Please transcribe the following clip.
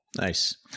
Nice